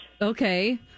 Okay